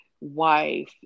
wife